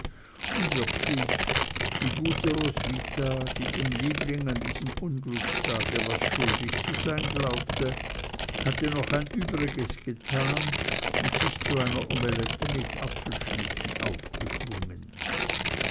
und wirklich die gute roswitha die dem liebling an diesem unglückstag was schuldig zu sein glaubte hatte noch ein übriges getan und sich zu einer omelette mit apfelschnitten aufgeschwungen